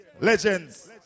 Legends